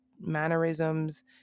mannerisms